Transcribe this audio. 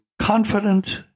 confident